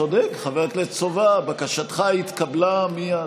צודק, חבר הכנסת סובה, בקשתך התקבלה מייד.